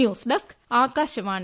news desk Akashvani